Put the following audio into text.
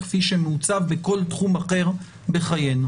כפי שמעוצב בכל תחום אחר בחיינו.